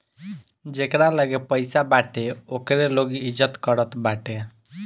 जेकरा लगे पईसा बाटे ओकरे लोग इज्जत करत बाटे